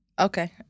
Okay